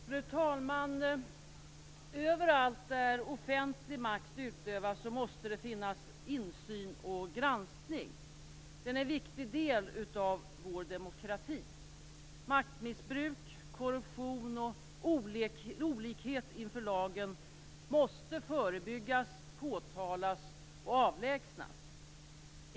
Fru talman! Överallt där offentlig makt utövas måste det finnas insyn och granskning. Det är en viktig del av vår demokrati. Maktmissbruk, korruption och olikhet inför lagen måste förebyggas, påtalas och avlägsnas.